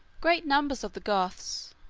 great numbers of the goths,